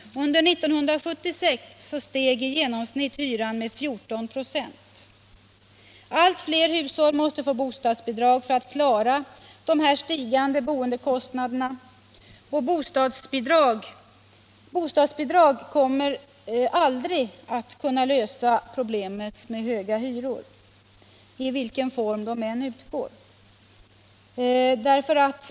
Under 1976 steg i genomsnitt hyran med 14 96. Allt fler hushåll måste få bostadsbidrag för att klara de stigande boendekostnaderna. Bostadsbidrag kommer aldrig att kunna lösa problemet med höga hyror, i vilken form de än utgår.